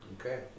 Okay